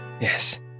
Yes